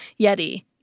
Yeti